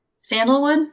sandalwood